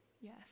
Yes